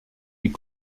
est